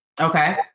Okay